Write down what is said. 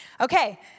Okay